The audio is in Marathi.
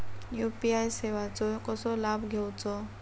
यू.पी.आय सेवाचो कसो लाभ घेवचो?